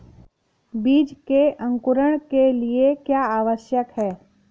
बीज के अंकुरण के लिए क्या आवश्यक है?